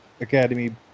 Academy